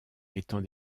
étant